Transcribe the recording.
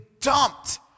dumped